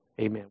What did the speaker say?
Amen